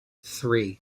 three